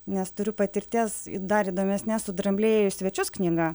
nes turiu patirties ir dar įdomesnės su drambliai ėjo į svečius knyga